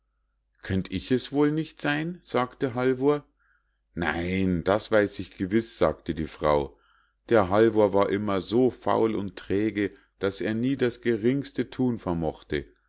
könnt ich es wohl nicht sein sagte halvor nein das weiß ich gewiß sagte die frau der halvor war immer so faul und träge daß er nie das geringste thun mochte